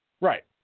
Right